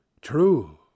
True